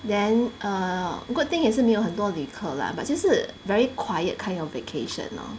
then err good thing 也是没有很多旅客 lah but 就是 very quiet kind of vacation lor